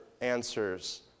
answers